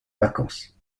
vacances